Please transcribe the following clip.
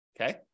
Okay